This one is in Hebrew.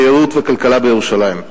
תיירות וכלכלה בירושלים.